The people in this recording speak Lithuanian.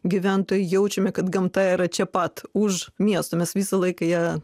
gyventojai jaučiame kad gamta yra čia pat už miesto mes visą laiką ją